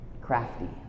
crafty